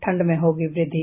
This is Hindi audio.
ठंड में होगी वृद्धि